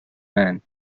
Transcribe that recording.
man